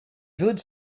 village